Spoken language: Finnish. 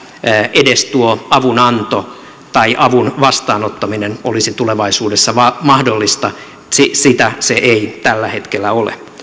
edes tuo avunanto tai avun vastaanottaminen olisi tulevaisuudessa mahdollista sitä se ei tällä hetkellä ole